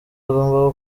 agomba